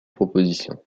propositions